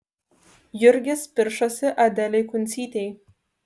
jurgis piršosi adelei kuncytei